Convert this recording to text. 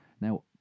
Now